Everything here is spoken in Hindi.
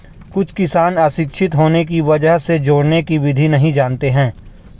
कुछ किसान अशिक्षित होने की वजह से जोड़ने की विधि नहीं जानते हैं